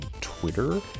Twitter